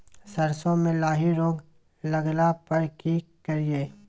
सरसो मे लाही रोग लगला पर की करिये?